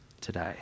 today